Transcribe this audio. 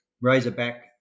Razorback